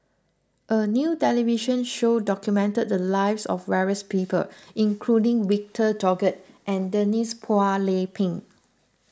a new television show documented the lives of various people including Victor Doggett and Denise Phua Lay Peng